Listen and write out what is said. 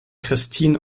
christine